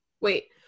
Wait